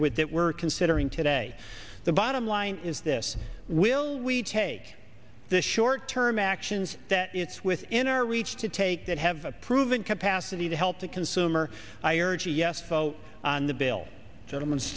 with that we're considering today the bottom line is this will we take the short term actions that it's within our reach to take that have a proven capacity to help the consumer i urge a yes vote on the bill gentleman's